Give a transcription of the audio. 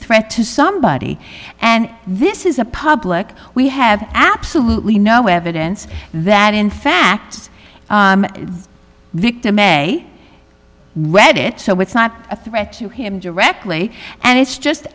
threat to somebody and this is a public we have absolutely no evidence that in fact this victim may read it so it's not a threat to him directly and it's just